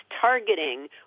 targeting